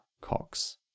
Cox